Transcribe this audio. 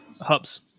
hubs